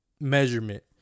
measurement